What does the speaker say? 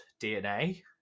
DNA